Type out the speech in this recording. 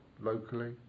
locally